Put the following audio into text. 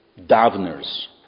Davners